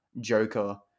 Joker